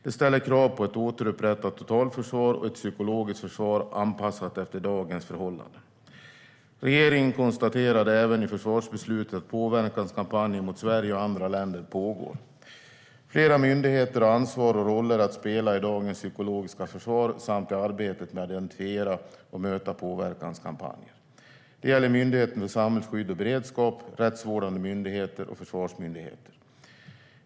Detta ställer krav på ett återupprättat totalförsvar och ett psykologiskt försvar anpassat efter dagens förhållanden. Regeringen konstaterade även i förvarsbeslutet att påverkanskampanjer mot Sverige och andra länder pågår. Flera myndigheter har ansvar och roller att spela i dagens psykologiska försvar samt i arbetet med att identifiera och möta påverkanskampanjer. Det gäller Myndigheten för samhällsskydd och beredskap, rättsvårdande myndigheter och försvarsmyndigheter.